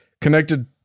connected